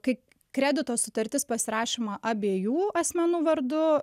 kai kredito sutartis pasirašoma abiejų asmenų vardu